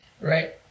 Right